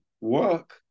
work